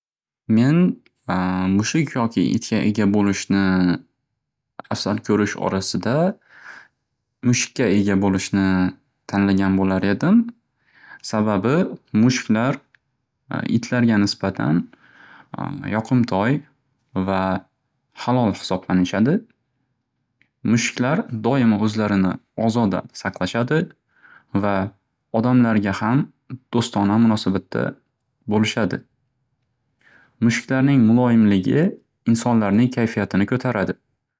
Men mushuk yoki itga ega bo'lishni afsal ko'rish orasida mushuka ega bo'lishni tanlagan bo'lar edim. Sababi mushuklar itlarga nisbatan yoqimtoy va halol hisoblanishadi. Mushuklar doimo o'zlarini ozoda saqlashadi va odamlarga ham do'stona munosabatda bo'lishadi. Mushuklarning muloyimligi insonlarning kayfiyatini ko'taradi.